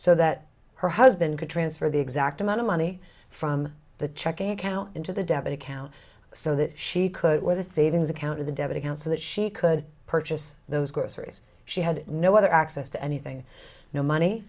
so that her husband could transfer the exact amount of money from the checking account into the debit account so that she could with a savings account in the devon account so that she could purchase those groceries she had no other access to anything no money